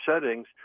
settings